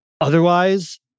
Otherwise